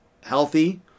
healthy